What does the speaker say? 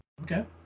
Okay